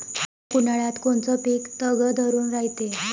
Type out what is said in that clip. कडक उन्हाळ्यात कोनचं पिकं तग धरून रायते?